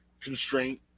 constraint